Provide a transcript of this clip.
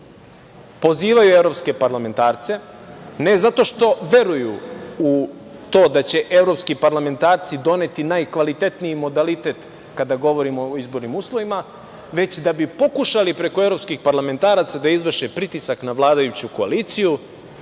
Pozivaju evropske parlamentarce, ne zato što veruju u to da će evropski parlamentarci doneti najkvalitetniji modalitet kada govorimo o izbornim uslovima, već da bi pokušali preko evropskih parlamentaraca da izvrše pritisak na vladajuću koaliciju